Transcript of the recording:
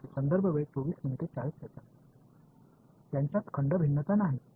विद्यार्थीः त्यांच्यात खंड भिन्नता नाही